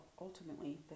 ultimately